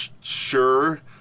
sure